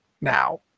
now